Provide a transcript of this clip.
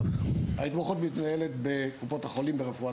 ההתמחות מתנהלת בקופות החולים ברפואה